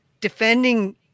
defending